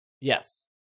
yes